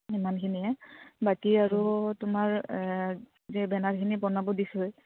সিমানখিনিয়ে বাকী আৰু তোমাৰ যে বেনাৰখিনি বনাব দিছো